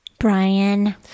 Brian